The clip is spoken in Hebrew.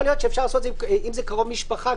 יכול להיות שאם זה קרוב משפחה,